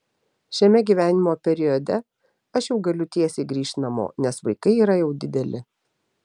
šiame gyvenimo periode aš jau galiu tiesiai grįžt namo nes vaikai yra jau dideli